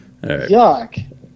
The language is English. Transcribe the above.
yuck